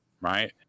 right